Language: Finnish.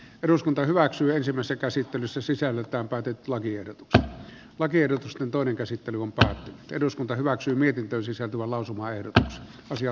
eduskunta hyväksyy ensimmäistä käsittelyssä sisällöltään pateettlakia jotta lakiehdotus on toinen käsittely ja eduskunta kantavat minut seuraaviin suuriin haasteisiin